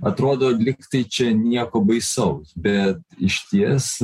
atrodo lyg tai čia nieko baisaus bet išties